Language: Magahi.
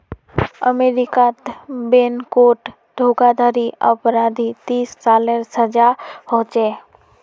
अमेरीकात बैनकोत धोकाधाड़ी अपराधी तीस सालेर सजा होछे